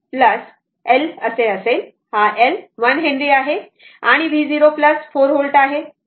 तर L हा 1 henry आहे आणि V0 4 व्होल्ट आहे